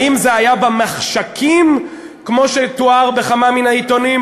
האם זה היה במחשכים, כמו שתואר בכמה מן העיתונים?